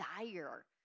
desire